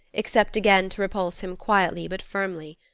except again to repulse him quietly but firmly.